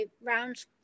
round